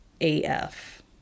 AF